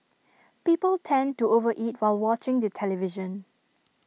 people tend to over eat while watching the television